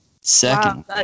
second